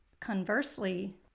Conversely